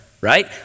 Right